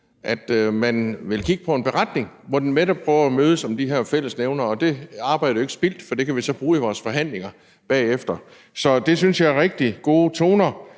at man vil kigge på at lave en beretning, hvor vi netop prøver at mødes om de her fællesnævnere, og det arbejde er jo ikke spildt, for det kan vi så bruge i vores forhandlinger bagefter. Så det synes jeg er rigtig gode toner,